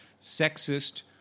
Sexist